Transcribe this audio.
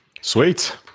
Sweet